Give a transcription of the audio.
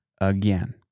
again